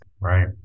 Right